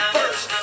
First